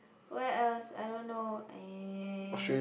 where else I don't know eh